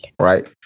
right